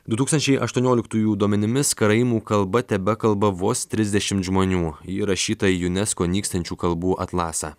du tūkstančiai aštuonioliktųjų duomenimis karaimų kalba tebekalba vos trisdešimt žmonių ji įrašyta į unesco nykstančių kalbų atlasą